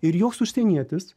ir joks užsienietis